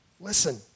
listen